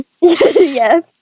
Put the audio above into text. Yes